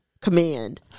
command